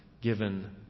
given